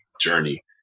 journey